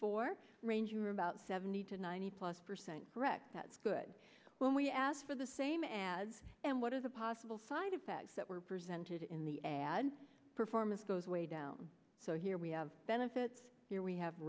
for range or about seventy to ninety plus percent correct that's good when we ask for the same ads and what are the possible side effects that were presented in the ad performance goes way down so here we have benefits here we have